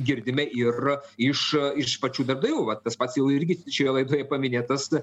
girdime ir iš iš pačių darbdavių vat tas pats jau irgi šioje laidoje paminėtas